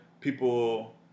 people